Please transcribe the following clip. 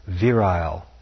virile